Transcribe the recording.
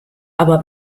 aber